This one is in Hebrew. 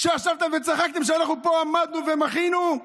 שישבתם וצחקתם כשאנחנו פה עמדנו ומחינו?